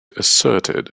asserted